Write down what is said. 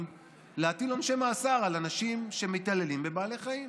להטיל עונשי מאסר על אנשים שמתעללים בבעלי חיים.